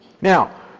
Now